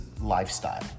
lifestyle